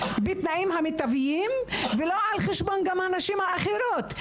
בתנאים מיטביים ולא על חשבון הנשים האחרות.